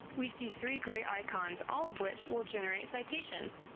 we see three grey icons, all of which will generate citations.